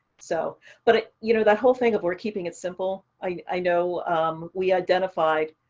so but you know, that whole thing of we're keeping it simple. i know we identified.